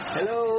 Hello